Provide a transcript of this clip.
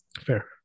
fair